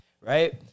right